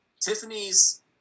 Tiffany's